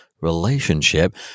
relationship